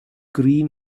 green